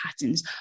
patterns